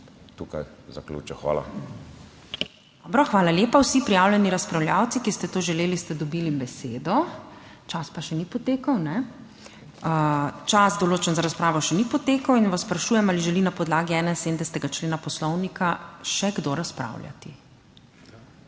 URŠKA KLAKOČAR ZUPANČIČ: Dobro, hvala lepa. Vsi prijavljeni razpravljavci, ki ste to želeli ste dobili besedo, čas pa še ni potekel. Čas določen za razpravo še ni potekel in vas sprašujem ali želi na podlagi 71. člena Poslovnika še kdo razpravljati?